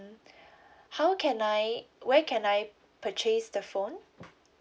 how can I where can I purchase the phone